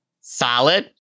solid